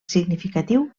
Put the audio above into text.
significatiu